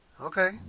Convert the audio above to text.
Okay